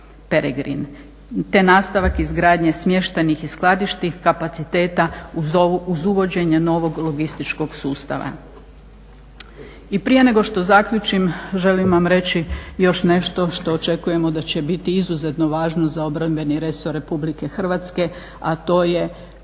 te nastavak izgradnje smještajnih i skladišnih kapaciteta uz uvođenje novog logističkog sustava. I prije nego što zaključim, želim vam reći još nešto što očekujemo da će biti izuzetno važno za obrambeni resor Republike Hrvatske, a to je